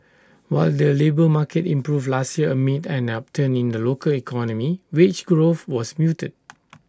while the labour market improved last year amid an upturn in the local economy wage growth was muted